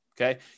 okay